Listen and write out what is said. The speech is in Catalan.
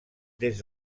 des